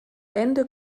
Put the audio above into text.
ende